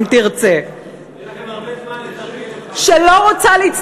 אם תרצה, יהיה לכם הרבה זמן להתארגן על זה.